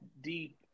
deep